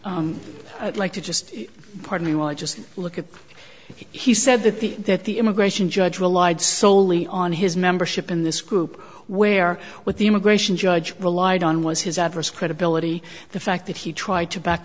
like to just pardon me while i just look at it he said that the that the immigration judge relied soley on his membership in this group where what the immigration judge relied on was his adverse credibility the fact that he tried to back